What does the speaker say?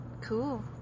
cool